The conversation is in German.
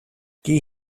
geh